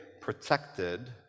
protected